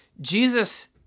Jesus